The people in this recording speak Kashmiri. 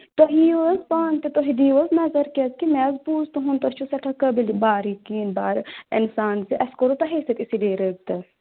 تُہۍ یِیِو حظ پانہٕ تہِ تُہۍ دِیو حظ نَظر کیٛازِ کہِ مےٚ حظ بوٗز تُہُنٛد تۄہہِ چھُو سٮ۪ٹھاہ قٲبِل بارٕے کِہیٖنۍ بارٕ اِنسان زِ اَسہِ کوٚروٕ تۄہے سۭتۍ اسی لیے رٲبطہٕ